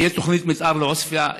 תהיה תוכנית מתאר לעוספיא,